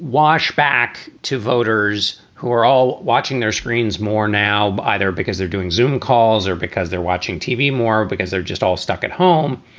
wash back to voters who are all watching their screens more now, either because they're doing zoom calls or because they're watching tv more because they're just all stuck at home.